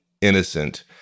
innocent